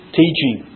teaching